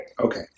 Okay